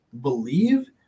believe